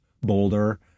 boulder